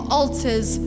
altars